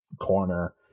corner